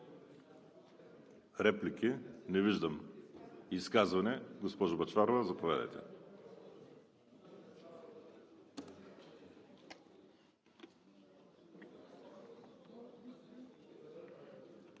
Реплики? Не виждам. Изказване? Госпожо Бъчварова, заповядайте.